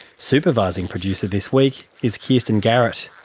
supervising producer this week is kirsten garrett,